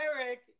Eric